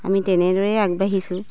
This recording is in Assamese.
আমি তেনেদৰেই আগবাঢ়িছোঁ